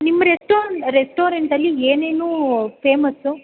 ನಿಮ್ಮ ರೆಸ್ಟೋರೆಂಟಲ್ಲಿ ಏನೇನು ಫೇಮಸ್ಸು